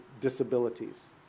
disabilities